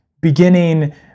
beginning